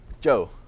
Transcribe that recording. Joe